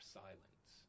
silence